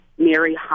Mary